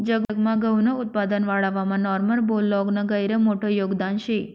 जगमान गहूनं उत्पादन वाढावामा नॉर्मन बोरलॉगनं गहिरं मोठं योगदान शे